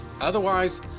Otherwise